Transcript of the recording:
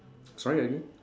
sorry again